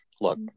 look